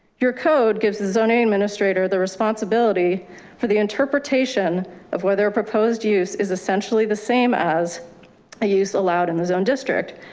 your code gives the zoning administrator. the responsibility for the interpretation of whether a proposed use is essentially the same as i used aloud and own district.